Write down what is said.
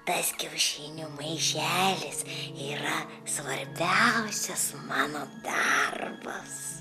tas kiaušinių maišelis yra svarbiausias mano darbas